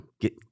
get